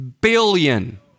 billion